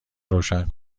روشن